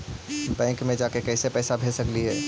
Bank मे जाके कैसे पैसा भेज सकली हे?